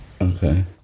Okay